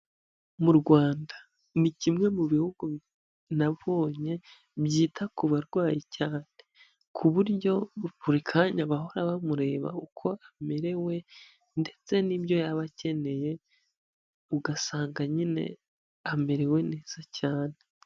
Mu Rwanda ni kimwe mu bihugu nabonye byita ku barwayi cyane, ku buryo buri kanya bahora bamureba uko amerewe ndetse n'ibyo yaba akeneye, ugasanga nyine amerewe neza cyane.